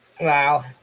Wow